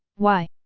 why?